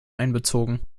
einbezogen